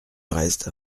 reste